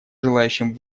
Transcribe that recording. желающим